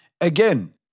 again